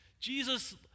Jesus